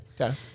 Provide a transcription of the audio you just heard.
Okay